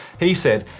he said,